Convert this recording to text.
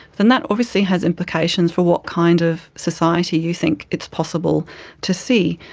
then that obviously has implications for what kind of society you think it's possible to see.